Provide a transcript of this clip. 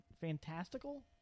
fantastical